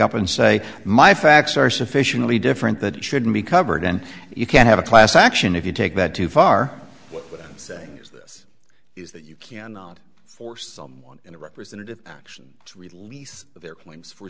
up and say my facts are sufficiently different that it should be covered and you can't have a class action if you take that too far what i'm saying is this is that you cannot force someone in a representative action to release their claims fo